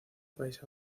país